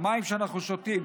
המים שאנחנו שותים,